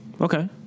Okay